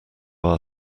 our